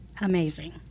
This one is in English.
amazing